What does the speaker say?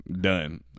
done